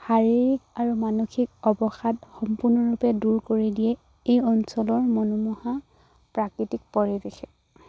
শাৰীৰিক আৰু মানসিক অৱসাদ সম্পূৰ্ণৰূপে দূৰ কৰি দিয়ে এই অঞ্চলৰ মনোমোহা প্ৰাকৃতিক পৰিৱেশে